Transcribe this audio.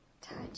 touch